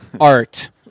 art